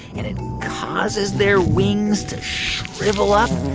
and it causes their wings to shrivel up,